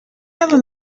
ever